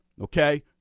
okay